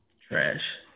Trash